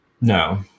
No